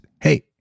hey